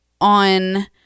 on